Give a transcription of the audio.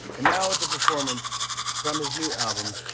and now with a performance from his new album,